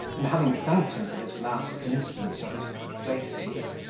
and, having thanked him for this last instance of his complaisance,